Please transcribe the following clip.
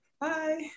Bye